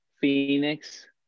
Phoenix